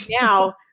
now